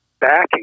backing